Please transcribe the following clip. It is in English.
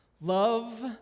Love